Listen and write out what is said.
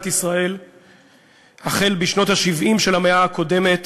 ישראל החל בשנות ה-70 של המאה הקודמת,